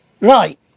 right